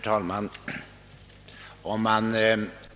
Herr talman!